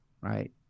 right